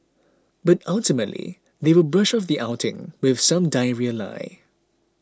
but ultimately they will brush off the outing with some diarrhoea lie